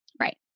Right